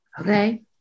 Okay